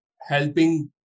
helping